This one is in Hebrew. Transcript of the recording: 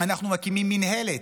אנחנו מקימים מינהלת,